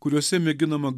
kuriuose mėginama